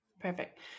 Perfect